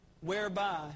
whereby